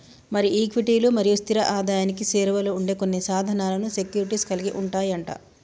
మరి ఈక్విటీలు మరియు స్థిర ఆదాయానికి సేరువలో ఉండే కొన్ని సాధనాలను సెక్యూరిటీస్ కలిగి ఉంటాయి అంట